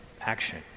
action